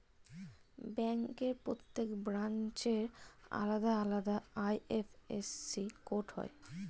ব্যাংকের প্রত্যেক ব্রাঞ্চের আলাদা আলাদা আই.এফ.এস.সি কোড হয়